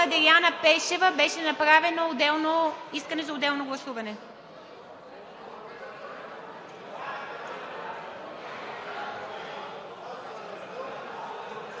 Деляна Пешева беше направено искане за отделно гласуване.